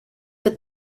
but